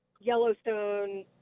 Yellowstone